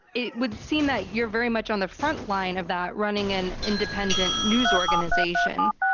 it would seem that you're very much on the front line of that running an independent news organization,